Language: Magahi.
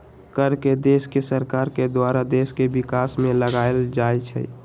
कर के देश के सरकार के द्वारा देश के विकास में लगाएल जाइ छइ